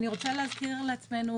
אני רוצה להזכיר לעצמנו,